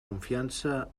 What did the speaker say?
confiança